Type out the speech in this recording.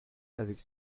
avec